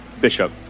Bishop